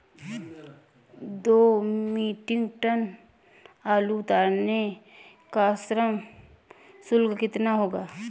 दो metric ton आलू उतारने का श्रम शुल्क कितना होगा?